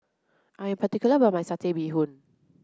I am particular about my satay bee hoon